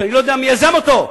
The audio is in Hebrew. שאני לא יודע מי יזם אותו.